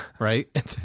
right